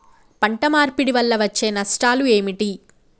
పంట మార్పిడి వల్ల వచ్చే నష్టాలు ఏమిటి?